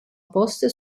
poste